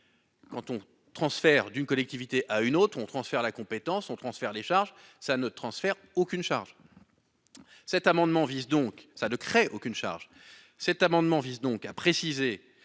Quand on transfert d'une collectivité à une autre on transfère la compétence on transfère les charges ça ne transfère aucune charge. Cet amendement vise donc ça ne crée aucune charge cet amendement vise donc à préciser